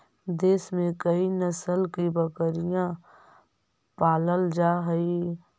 देश में कई नस्ल की बकरियाँ पालल जा हई